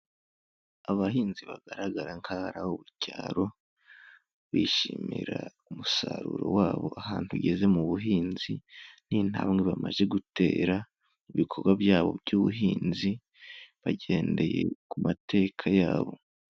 Abahinzi bagaragara ko ari abo mu cyaro, bishimira umusaruro wabo ahantu ugeze mu buhinzi, n'intambwe bamaze gutera mu bikorwa byabo by'ubuhinzi, bagendeye ku mateka yabo.